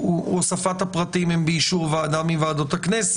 כל מה שאמרתי שהוועדה דנה עכשיו בחוק